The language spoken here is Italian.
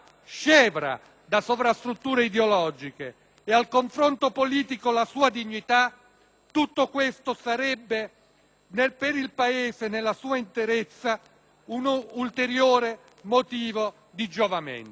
tutto questo sarebbe per il Paese nella sua interezza un ulteriore motivo di giovamento. Signor Presidente, questa maggioranza, così come questo Esecutivo,